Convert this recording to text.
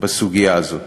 בסוגיה הזאת.